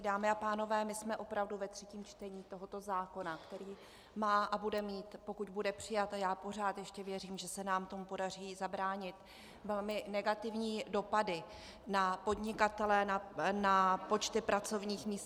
Dámy a pánové, my jsme opravdu ve třetím čtení tohoto zákona, který má a bude mít, pokud bude přijat, a já pořád ještě věřím, že se nám podaří tomu zabránit, velmi negativní dopady na podnikatele, na počty pracovních míst atd.